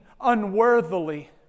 unworthily